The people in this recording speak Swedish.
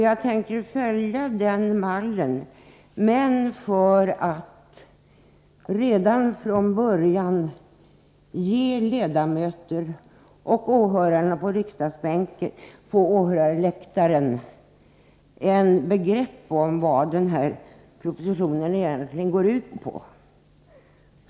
Jag tänker följa den mallen, men jag vill redan från början ge ledamöterna och åhörarna på läktaren ett begrepp om vad propositionen egentligen går ut på.